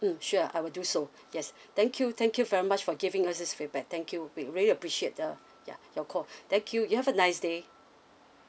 mm sure I will do so yes thank you thank you very much for giving us this feedback thank you we really appreciate uh ya your call thank you you have a nice day